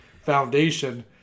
foundation